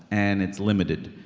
and it's limited.